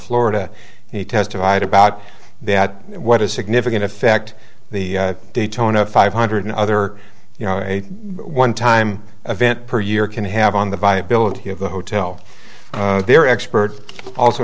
florida and he testified about that what a significant effect the daytona five hundred other you know a one time event per year can have on the viability of the hotel their expert also